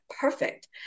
perfect